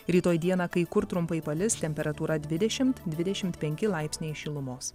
rytoj dieną kai kur trumpai palis temperatūra dvidešimt dvidešimt penki laipsniai šilumos